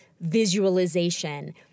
visualization